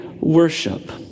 worship